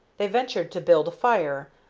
they ventured to build a fire,